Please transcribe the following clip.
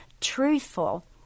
truthful